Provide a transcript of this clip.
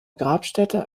grabstätte